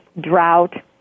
drought